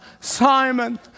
Simon